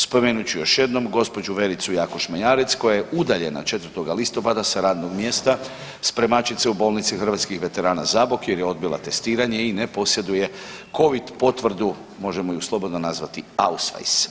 Spomenut ću još jednom gđu. Vericu Jakuš Mejarec koja je udaljena 4. listopada sa radnog mjesta spremačice u bolnici Hrvatskih veterana Zabok jer je odbila testiranje i ne posjeduje covid potvrdu, možemo ju slobodno nazvati ausvajs.